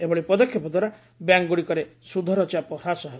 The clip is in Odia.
ଏଭଳି ପଦକ୍ଷେପଦ୍ୱାରା ବ୍ୟାଙ୍କ୍ଗୁଡ଼ିକରେ ସୁଧର ଚାପ ହ୍ରାସ ହେବ